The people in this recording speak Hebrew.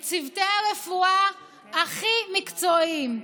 את צוותי הרפואה הכי מקצועיים,